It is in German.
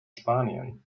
spanien